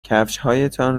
کفشهایتان